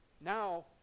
Now